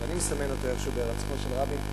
ואני מסמן אותו איכשהו בהירצחו של רבין,